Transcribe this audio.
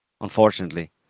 unfortunately